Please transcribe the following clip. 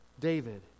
David